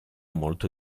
molto